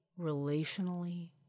relationally